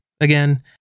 Again